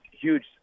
huge